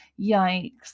Yikes